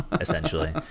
Essentially